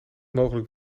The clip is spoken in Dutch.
mogelijk